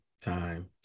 time